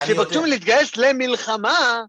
שבקשו לי להתגייש למלחמה!